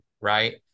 Right